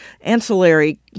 ancillary